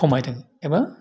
खमायदों एबा